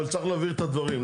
אבל צריך להבהיר את הדברים.